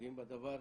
הנוגעים בדבר.